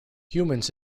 humans